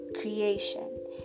creation